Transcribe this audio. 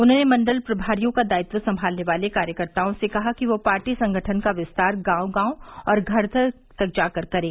उन्होंने मंडल प्रभारियों का दायित्व संभालने वाले कार्यकर्ताओं से कहा कि वे पार्टी संगठन का विस्तार गांव गांव और घर घर तक जाकर करें